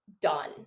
done